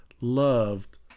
loved